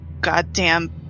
goddamn